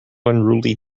unruly